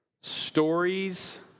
Stories